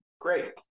Great